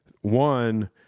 one